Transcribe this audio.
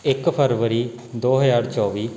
ਇੱਕ ਫਰਵਰੀ ਦੋ ਹਜ਼ਾਰ ਚੌਵੀ